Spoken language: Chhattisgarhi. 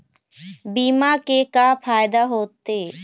बीमा के का फायदा होते?